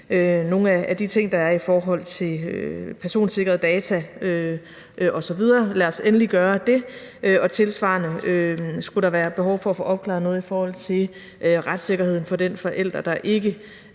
nogle af de ting, der er i forhold til personsikrede data osv. Lad os endelig gøre det. Og skulle der tilsvarende være behov for at få opklaret noget i forhold til retssikkerhed for den forælder, der ikke